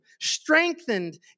strengthened